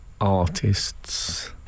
artists